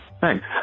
Thanks